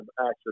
access